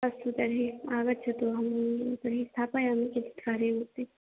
अस्तु तर्हि आगच्छतु अहं तर्हि स्थापयामि किञ्चित् कार्यमस्ति